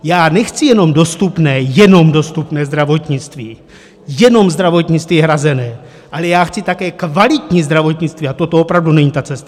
Já nechci jenom dostupné, jenom dostupné zdravotnictví, jenom zdravotnictví hrazené, ale já chci také kvalitní zdravotnictví a toto opravdu není ta cesta.